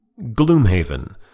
Gloomhaven